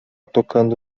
tocando